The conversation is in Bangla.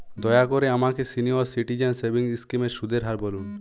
দয়া করে আমাকে সিনিয়র সিটিজেন সেভিংস স্কিমের সুদের হার বলুন